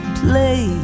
play